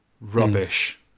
Rubbish